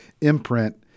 imprint